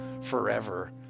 forever